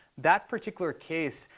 that particular case,